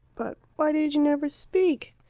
but why did you never speak?